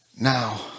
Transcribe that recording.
Now